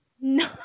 no